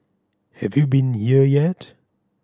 have you been here yet